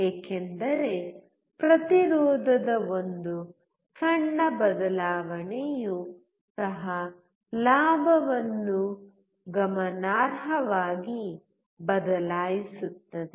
ಏಕೆಂದರೆ ಪ್ರತಿರೋಧದ ಒಂದು ಸಣ್ಣ ಬದಲಾವಣೆಯು ಸಹ ಲಾಭವನ್ನು ಗಮನಾರ್ಹವಾಗಿ ಬದಲಾಯಿಸುತ್ತದೆ